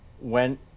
went